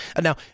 now